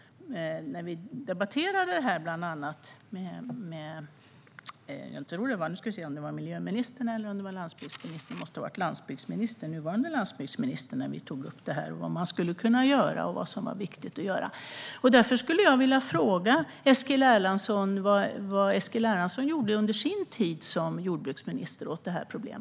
Vi debatterade bland annat detta. Nu ska vi se om det var med miljöministern eller om det var med landsbygdsministern - det måste ha varit den nuvarande landsbygdsministern. Vi tog upp detta, vad man skulle kunna göra och vad som var viktigt att göra. Därför skulle jag vilja fråga Eskil Erlandsson vad Eskil Erlandsson gjorde under sin tid som jordbruksminister åt detta problem.